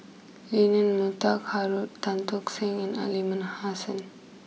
Leonard Montague Harrod Tan Tock Seng and Aliman Hassan